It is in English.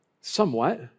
Somewhat